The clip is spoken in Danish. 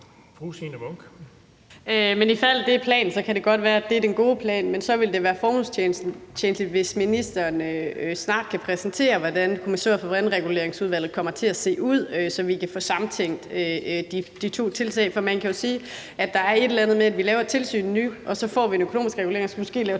Men ifald det er planen, kan det godt være, at det er den gode plan, men så vil det være formålstjenligt, hvis ministeren snart kan præsentere, hvordan kommissoriet for vandreguleringsudvalget kommer til at se ud, så vi kan få samtænkt de to tiltag. For man kan jo sige, at der er et eller andet i det med, at vi laver et tilsyn nu, og så får vi en økonomisk regulering og skal måske lave tilsynet